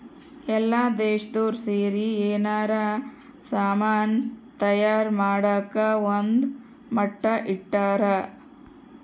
ಎಲ್ಲ ದೇಶ್ದೊರ್ ಸೇರಿ ಯೆನಾರ ಸಾಮನ್ ತಯಾರ್ ಮಾಡಕ ಒಂದ್ ಮಟ್ಟ ಇಟ್ಟರ